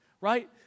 right